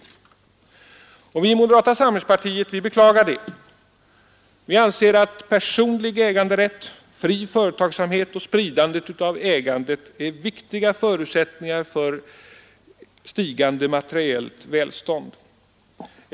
Vi i moderata samlingspartiet beklagar det. Vi anser att personlig äganderätt, fri företagsamhet och spridande av ägandet är viktiga förutsättningar för stigande materiellt välstånd.